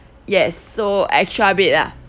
yes so extra bed ah